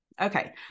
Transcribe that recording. okay